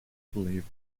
believed